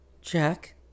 Jack